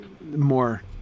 more